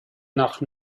nach